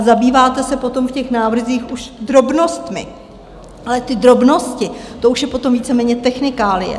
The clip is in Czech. Zabýváte se potom v těch návrzích už drobnostmi, ale ty drobnosti, to už je potom víceméně technikálie.